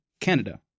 Canada